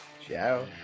ciao